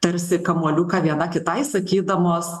tarsi kamuoliuką viena kitai sakydamos